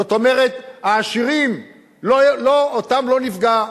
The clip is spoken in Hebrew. זאת אומרת, העשירים, בהם לא נפגע.